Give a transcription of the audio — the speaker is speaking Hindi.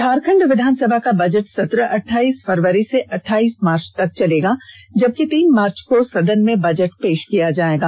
झारखण्ड विधानसभा का बजट सत्र अठाईस फरवरी से अठाईस मार्च तक चलेगा जबकि तीन मार्च को सदन में बजट पेष किया जाएगा